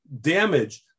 damage